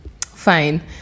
Fine